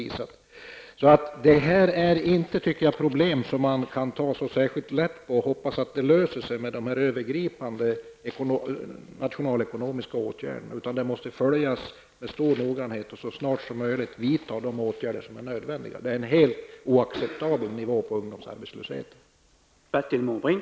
Man kan alltså inte ta lätt på dessa problem och hoppas att de blir lösta med övergripande nationalekonomiska metoder. De måste i stället följas med stor nogrannhet, och nödvändidga åtgärder måste vidtas så snart som möjligt. Ungdomsarbetslösheten ligger på en helt oacceptabel nivå.